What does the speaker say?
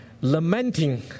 lamenting